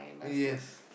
yes